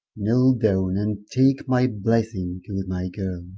kneele downe and take my blessing, good my